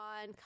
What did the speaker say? on